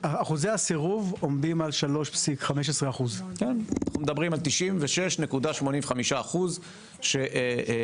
אחוזי הסירוב עומדים על 3.15%. מדברים על 96.85% שבסופו